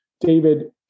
David